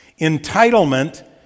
Entitlement